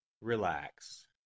Relax